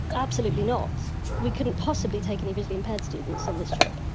but absolutely not, we couldn't possibly take any visually impaired students on this trip.